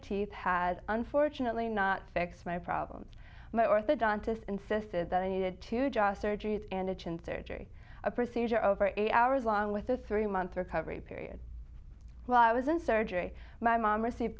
teeth has unfortunately not fix my problems my orthodontist insisted that i needed to just surgeries and a chin surgery a procedure over eight hours along with this three month recovery period while i was in surgery my mom received